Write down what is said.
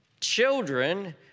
Children